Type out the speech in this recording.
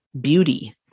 beauty